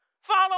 Follow